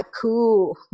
cool